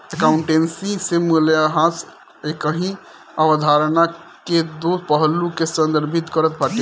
accountancy में मूल्यह्रास एकही अवधारणा के दो पहलू के संदर्भित करत बाटे